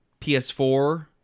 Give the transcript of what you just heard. PS4